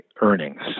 earnings